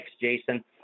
Jason